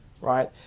right